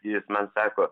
jis man sako